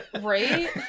right